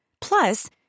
Plus